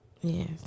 Yes